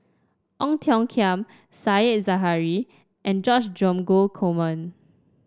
Ong Tiong Khiam Said Zahari and George Dromgold Coleman